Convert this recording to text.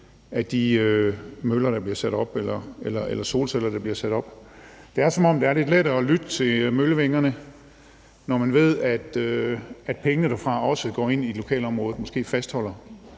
af de møller eller solceller, der bliver sat op. Det er, som om det er lidt lettere at lytte til møllevingerne, når man ved, at pengene derfra også går ind i lokalområdet og måske fastholder